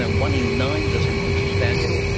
and one in nine does anything substantial.